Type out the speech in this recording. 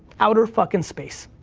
outer fuckin' space.